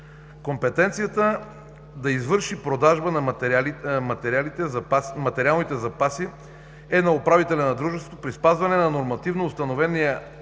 Компетенцията да извърши продажба на материалните запаси е на управителя на дружеството при спазване на нормативно установения